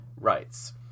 rights